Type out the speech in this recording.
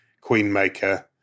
queenmaker